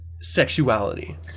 sexuality